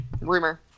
Rumor